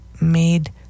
made